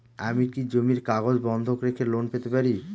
আমি কি জমির কাগজ বন্ধক রেখে লোন পেতে পারি?